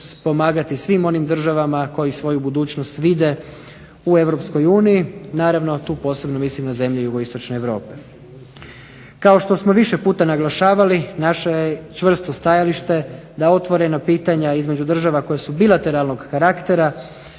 pomagati svim onim državama koji svoju budućnost vide u Europskoj uniji, naravno tu prije svega mislim na zemlje jugoistočne Europe. Kako što smo više puta naglašavali, naše je stajalište da je otvoreno pitanje između država koje su bilateralnog karaktera,